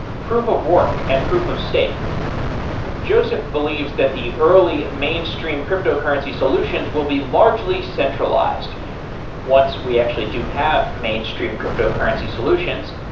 proof of work and proof of stake joseph believes that the early mainstream cryptocurrency solutions will be largely centralized once we actually do have mainstream cryptocurrency solutions.